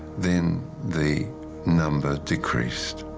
then, the number decreased.